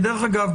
אגב,